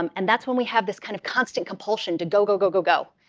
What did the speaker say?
um and that's when we have this kind of constant compulsion to go, go, go, go, go.